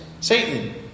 Satan